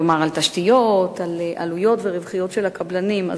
כלומר על תשתיות, על עלויות ורווחיות של הקבלנים.